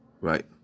Right